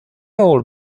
old